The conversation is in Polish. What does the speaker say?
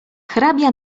hrabia